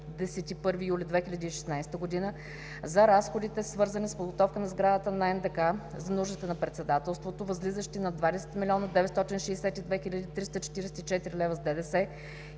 юли 2016 г., за разходите, свързани с подготовка на сградата на НДК за нуждите на Председателството, възлизащи на 20 млн. 962 хил. 344 лв. с ДДС